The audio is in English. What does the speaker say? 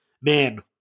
man